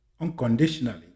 unconditionally